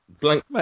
Blank